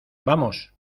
vamos